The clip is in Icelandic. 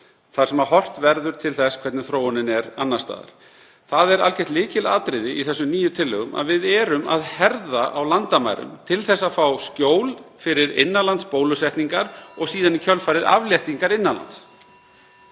þar sem horft verði til þess hvernig þróunin er annars staðar. Það er algjört lykilatriði í þessum nýju tillögum að við erum að herða á landamærum til að fá skjól fyrir bólusetningar og í kjölfarið afléttingar innan lands.